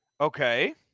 Okay